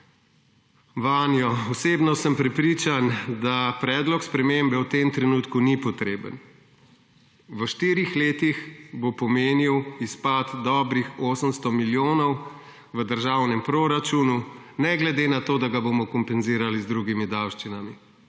vanjo. Osebno sem prepričan, da predlog spremembe v tem trenutku ni potreben. V štirih letih bo pomenil izpad dobrih 800 milijonov v državnem proračunu, ne glede na to, da ga bomo kompenzirali z drugimi davščinami;